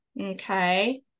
okay